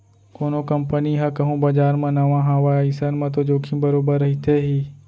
कोनो कंपनी ह कहूँ बजार म नवा हावय अइसन म तो जोखिम बरोबर रहिथे ही